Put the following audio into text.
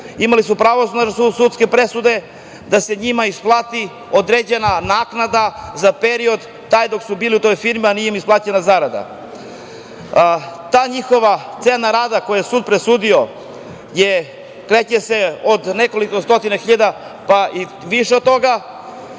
Imali su pravosnažne sudske presude da im se isplati određena naknada za period dok su bili u firmi a nije im isplaćena zarada. Njihova cena rada koju je sud presudio se kreće od nekoliko stotina hiljada pa i više od toga,